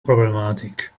problematic